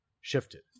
shifted